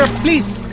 please